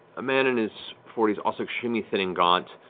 a man in his forties, also extremely thin and gaunt,